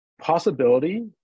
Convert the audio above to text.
possibility